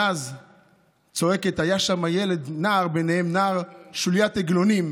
ואז היה שם ילד, נער, ביניהם, שוליית עגלונים,